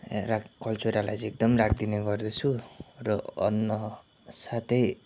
राख् कलचुडालाई चाहिँ एकदम राखिदिने गदर्छु र अन्न साथै